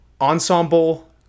ensemble